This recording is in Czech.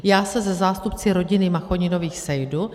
Já se se zástupci rodiny Machoninových sejdu.